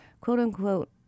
quote-unquote